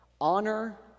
Honor